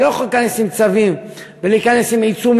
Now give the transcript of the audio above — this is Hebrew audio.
אתה לא יכול להיכנס עם צווים ולהיכנס עם עיצומים.